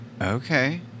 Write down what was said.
Okay